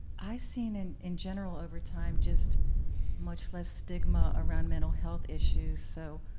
i've seen, and in general over time, just much less stigma around mental health issues. so,